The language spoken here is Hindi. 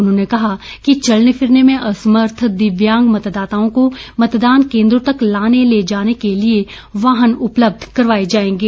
उन्होंने कहा कि चलने फिरने में असमर्थ दिव्यांग मतदाताओं को मतदान केन्द्रों तक लाने ले जाने के लिए वाहन उपलब्ध करवाए जाएंगे